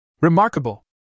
Remarkable